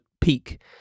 peak